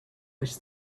was